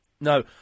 No